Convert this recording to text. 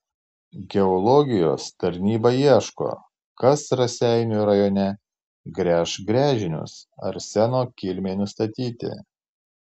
geologijos tarnyba ieško kas raseinių rajone gręš gręžinius arseno kilmei nustatyti